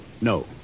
No